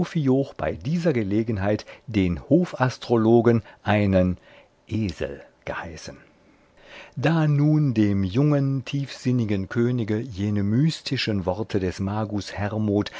bei dieser gelegenheit den hofastrologen einen esel geheißen da nun dem jungen tiefsinnigen könige jene mystischen worte des magus hermod